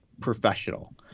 professional